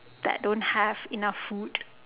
that don't have enough food